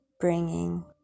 bringing